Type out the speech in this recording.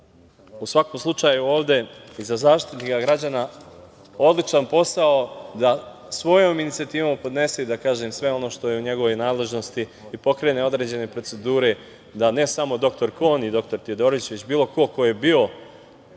u svakom slučaju, Zaštitnika građana odličan posao da svojom inicijativom podnese i da kaže sve ono što je u njegovoj nadležnosti i pokrene određene procedure da ne samo dr Kon i dr Tiodorović, već bilo ko ko je bio